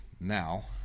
now